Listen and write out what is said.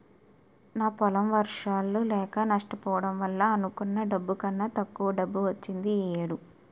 నా పొలం వర్షాలు లేక నష్టపోవడం వల్ల అనుకున్న డబ్బు కన్నా తక్కువ డబ్బు వచ్చింది ఈ ఏడు